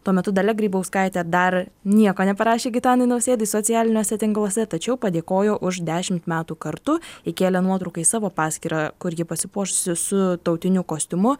tuo metu dalia grybauskaitė dar nieko neparašė gitanui nausėdai socialiniuose tinkluose tačiau padėkojo už dešimt metų kartu įkėlė nuotrauką į savo paskyrą kur ji pasipuošusi su tautiniu kostiumu